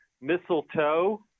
mistletoe